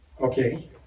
Okay